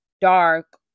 dark